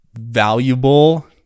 valuable